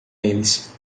eles